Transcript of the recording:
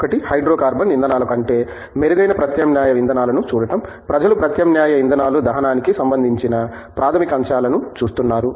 ఒకటి హైడ్రోకార్బన్ ఇంధనాల కంటే మెరుగైన ప్రత్యామ్నాయ ఇంధనాలను చూడటం ప్రజలు ప్రత్యామ్నాయ ఇంధనాల దహనానికి సంబంధించిన ప్రాథమిక అంశాలను చూస్తున్నారు